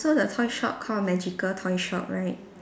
so the toy shop call magical toy shop right